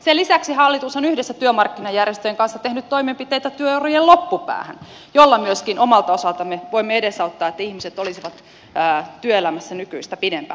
sen lisäksi hallitus on yhdessä työmarkkinajärjestöjen kanssa tehnyt toimenpiteitä työurien loppupäähän millä myöskin omalta osaltamme voimme edesauttaa että ihmiset olisivat työelämässä nykyistä pidempään